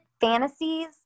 fantasies